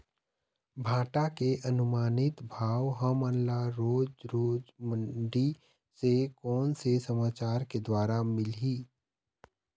भांटा के अनुमानित भाव हमन ला रोज रोज मंडी से कोन से समाचार के द्वारा मिलही?